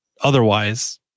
otherwise